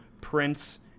Prince